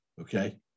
okay